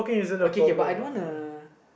okay okay but I don't wanna